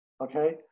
Okay